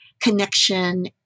connection